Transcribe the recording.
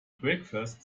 breakfast